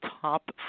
top